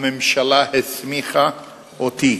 הממשלה הסמיכה אותי